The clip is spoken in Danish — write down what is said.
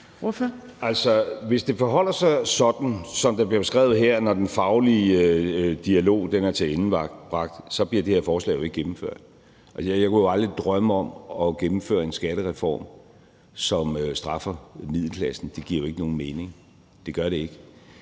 hvis det forholder sig sådan, som det bliver beskrevet her, når den faglige dialog er tilendebragt, så bliver det her forslag jo ikke gennemført. Jeg kunne aldrig drømme om at gennemføre en skattereform, som straffer middelklassen – det giver jo ikke nogen mening; det gør det ikke.